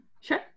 sure